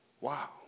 Wow